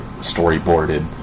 storyboarded